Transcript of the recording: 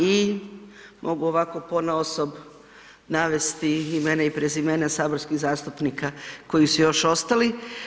I mogu ovako ponaosob navesti imena i prezimena saborskih zastupnika koji su još ostali.